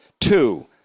Two